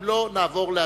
אם לא, נעבור להצבעה.